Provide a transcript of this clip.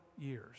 years